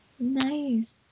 Nice